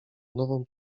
nową